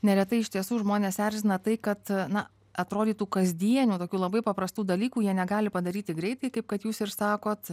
neretai iš tiesų žmones erzina tai kad na atrodytų kasdienių tokių labai paprastų dalykų jie negali padaryti greitai kaip kad jūs ir sakot